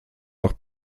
noch